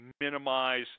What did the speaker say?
minimize